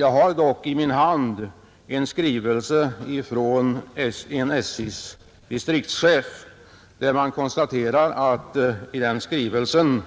Jag har dock i min hand en skrivelse av den 27 april i år från en distriktschef i SJ till en kommun, I skrivelsen